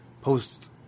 post